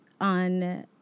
on